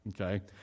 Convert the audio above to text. okay